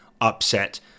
upset